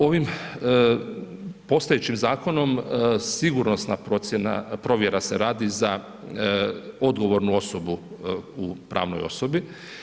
Ovim postojećim zakonom sigurnosna procjena, provjera se radi za odgovornu osobu u pravnoj osobi.